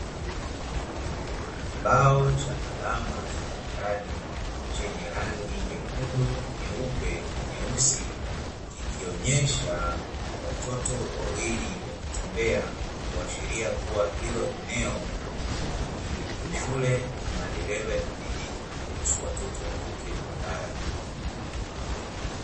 Kibao cha alama za barabarani, chenye rangi nyekundu, nyeupe na nyeusi, kikionyesha watoto wawili wakitembea, kuashiria kuwa hilo eneo ni la shule, na dereva inabidi aruhusu watoto wavuke barabara.